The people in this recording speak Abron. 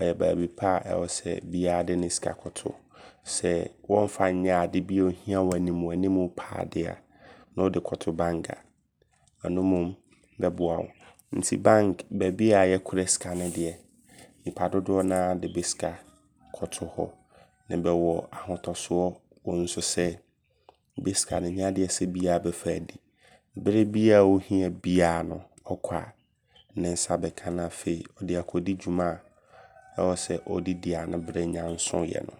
ɔyɛ baabia pa a ɛwɔ sɛ biaa de ne sika kɔto. Sɛ wɔmfa nyɛ adeɛ bia ohia wo animuanimu paa dea ne wode kɔto bank a ɛno mmom bɛboa wo. Nti bank baabia yɛkora sika no deɛ nnipa dodoɔ naa de bɛsika kɔto hɔ. Ne bɛwɔ ahotosoɔ wɔm nso sɛ bɛsika no nyɛ adea biaa bɛfa adi. Berɛ biaa ohia biaa no ɔkɔ a ne nsa bɛka. Na afei ɔde akɔdi dwuma ɛwɔ sɛ ɔde di a ne berɛ nnya nsoyɛ no.